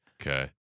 Okay